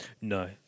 No